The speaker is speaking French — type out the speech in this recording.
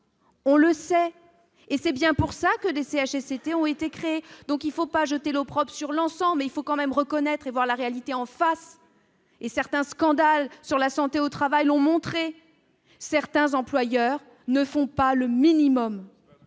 on le sait, et c'est bien pour ça que des CHSCT ont été crées, donc il faut pas jeter l'opprobre sur l'ensemble, mais il faut quand même reconnaître et voir la réalité en face et certains scandales sur la santé au travail, l'ont montré, certains employeurs ne font pas le minimum